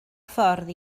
ffordd